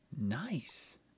Nice